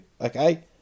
Okay